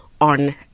on